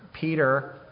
Peter